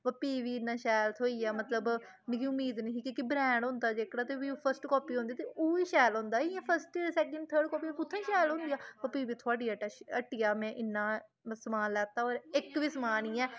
ब फ्ही बी इन्ना शैल थ्होई गेआ मतलब मिगी उमीद नेही क्योंकि ब्रैंड होंदा जेह्कड़ा फ्ही फस्ट कापी होंदी उ'यै शैल होंदी इ'यां फस्ट सकैंड थर्ड कापी कुत्थें शैल होंदियां फ्ही बी थुआड़ी हट्टिया में इन्ना समान लैता होर इक बी समान इयां